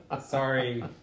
Sorry